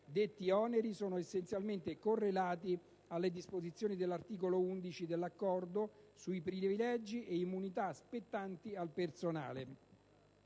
Detti oneri sono essenzialmente correlati alle disposizioni dell'articolo 11 dell'Accordo sui privilegi e immunità spettanti al personale.